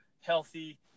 healthy